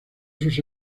sus